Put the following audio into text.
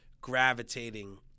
gravitating